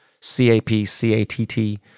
C-A-P-C-A-T-T